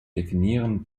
definieren